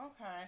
okay